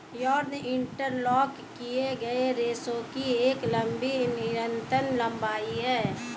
yarn interlock किए गए रेशों की एक लंबी निरंतर लंबाई है